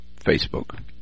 Facebook